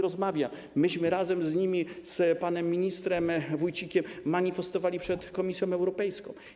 Rozmawiam z nimi, razem z nimi i z panem ministrem Wójcikiem manifestowaliśmy przed Komisją Europejską.